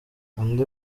andi